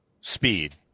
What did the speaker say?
speed